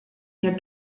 ihr